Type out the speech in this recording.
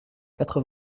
quatre